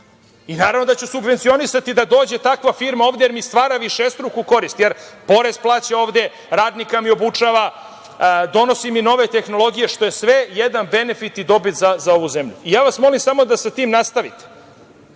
nađe. Naravno da ću subvencionisati da dođe takva firma ovde, jer mi stvara višestruku korist, jer porez plaća ovde, radnika mi obučava, donosi mi nove tehnologije, što je sve jedan benefit i dobit za ovu zemlju. Ja vas molim samo da sa tim nastavite.